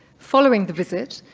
following the visit,